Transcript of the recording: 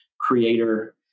creator